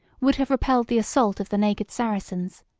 would have repelled the assault of the naked saracens,